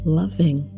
loving